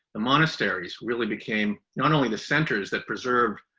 the monasteries really became not only the centers that preserved